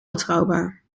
betrouwbaar